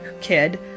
kid